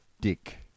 Dick